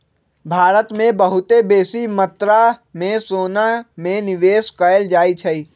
भारत में बहुते बेशी मत्रा में सोना में निवेश कएल जाइ छइ